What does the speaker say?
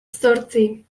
zortzi